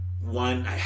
One